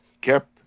kept